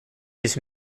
his